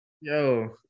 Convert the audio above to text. Yo